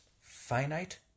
finite